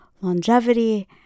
longevity